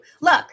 Look